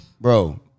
Bro